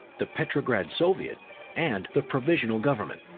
the petrograd soviet and the provisional government.